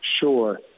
sure